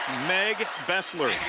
meg besler.